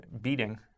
beating